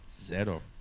Zero